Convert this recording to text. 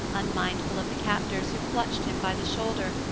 unmindful of the captors who clutched him by the shoulder,